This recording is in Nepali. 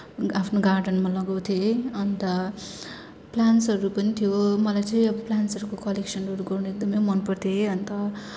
आफ्नो गार्डनमा लगाउथेँ अन्त प्लान्ट्सहरू पनि थियो मलाई चाहिँ अब प्लान्ट्सहरूको कलेक्सनहरू गर्न एकदमै मन पर्थ्यो है अन्त